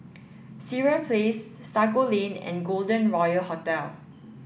Sireh Place Sago Lane and Golden Royal Hotel